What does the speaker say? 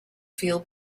feel